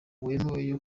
wemeye